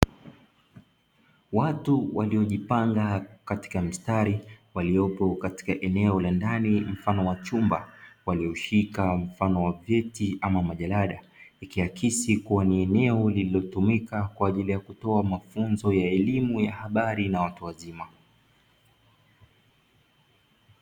Watu waliojipanga katika mstari, waliopo katika eneo la ndani mfano wa chumba, walioshika mfano wa vyeti ama majarada, ikiakisi kuwa ni eneo lililotumika kwa ajili ya kutoa mafunzo ya elimu ya habari na watu wazima.